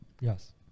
yes